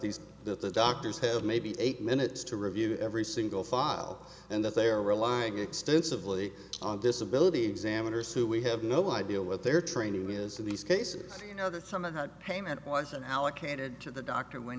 these that the doctors have maybe eight minutes to review every single file and that they're relying extensively on disability examiners who we have no idea what their training is in these cases you know that some of the payment was and how it catered to the doctor when